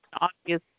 obvious